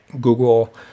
Google